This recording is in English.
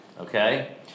Okay